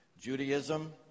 Judaism